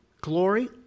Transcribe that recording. glory